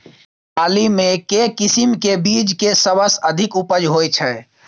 दालि मे केँ किसिम केँ बीज केँ सबसँ अधिक उपज होए छै?